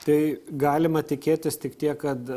tai galima tikėtis tik tiek kad